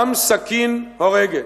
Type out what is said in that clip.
גם סכין הורגת,